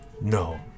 no